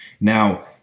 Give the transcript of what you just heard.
Now